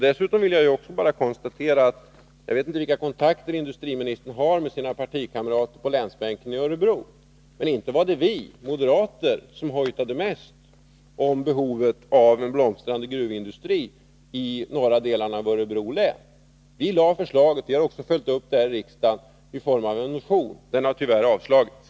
Dessutom vill jag bara konstatera — jag vet inte vilka kontakter industriministern har med sina partikamrater i Örebro på länsbänken — att det inte var vi moderater som hojtade mest om behovet av en blomstrande gruvindustri i norra delarna av Örebro län. Vi lade fram förslag på denna punkt och har följt upp det här i riksdagen i form av en motion, som tyvärr har avslagits.